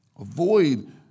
Avoid